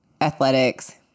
athletics